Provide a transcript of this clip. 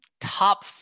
top